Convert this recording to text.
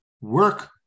work